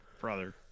Brother